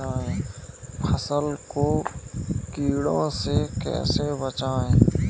फसल को कीड़ों से कैसे बचाएँ?